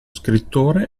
scrittore